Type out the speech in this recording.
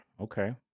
Okay